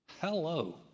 Hello